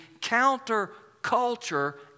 counter-culture